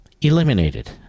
eliminated